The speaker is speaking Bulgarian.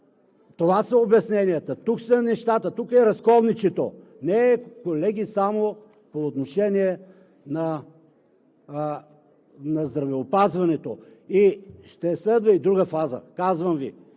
Това са обясненията. Тук са нещата. Тук е разковничето. Колеги, не е само по отношение на здравеопазването, ще следва и друга фаза, казвам Ви.